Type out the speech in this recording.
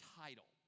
title